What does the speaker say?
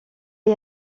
est